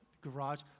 garage